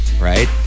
Right